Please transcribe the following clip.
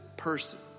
person